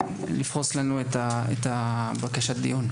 ולפרוס לנו את בקשת הדיון,